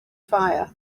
fire